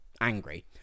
angry